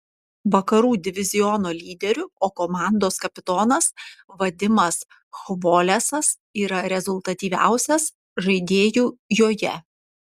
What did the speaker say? vakarų diviziono lyderiu o komandos kapitonas vadimas chvolesas yra rezultatyviausias žaidėju joje